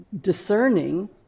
discerning